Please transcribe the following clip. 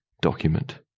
document